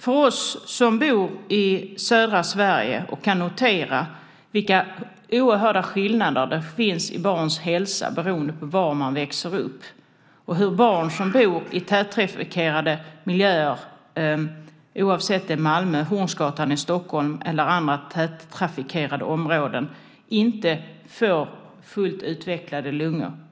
Vi som bor i södra Sverige kan notera vilka oerhörda skillnader det finns i barns hälsa beroende på var de växer upp och hur barn som bor i tättrafikerade miljöer - oavsett om det är Malmö, Hornsgatan i Stockholm eller andra tättrafikerade områden - inte får fullt utvecklade lungor.